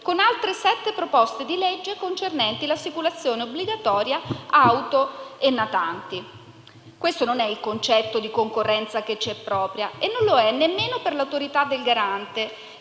con altre sette proposte di legge concernenti l'assicurazione obbligatoria auto e natanti. Questo non è il concetto di concorrenza che ci è propria, e non lo è nemmeno per l'Autorità garante,